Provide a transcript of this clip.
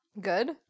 good